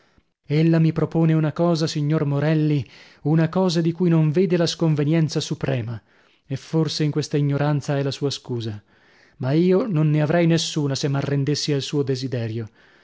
labbra ella mi propone una cosa signor morelli una cosa di cui non vede la sconvenienza suprema e forse in questa ignoranza è la sua scusa ma io non ne avrei nessuna se m'arrendessi al suo desiderio